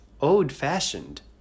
old-fashioned